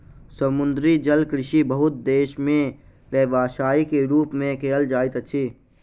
समुद्री जलकृषि बहुत देस में व्यवसाय के रूप में कयल जाइत अछि